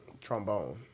trombone